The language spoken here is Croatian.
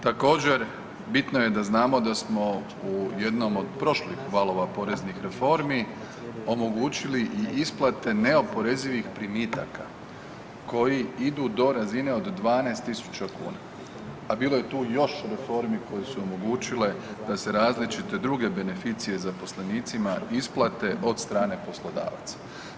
Također bitno je da znamo da smo u jednom od prošlih valova poreznih reformi omogućili i isplate neoporezivih primitaka koji idu do razine od 12.000 kuna, a bilo je tu još reformi koje su omogućile da se različite druge beneficije zaposlenicima isplate od strane poslodavaca.